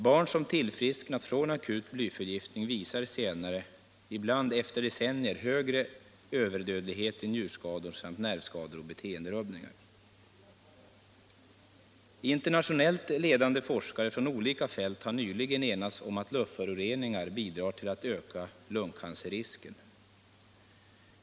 Barn som tillfrisknat från akut blyförgiftning visar senare, ibland efter Om blyfri bensin Om blyfri bensin decennier, hög överdödlighet i njurskador samt nervskador och beteenderubbningar. Internationellt ledande forskare från olika fält har nyligen enats om att luftföroreningar bidrar till att öka lungcancerrisken.